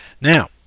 Now